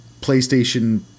PlayStation